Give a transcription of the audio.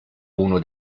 uno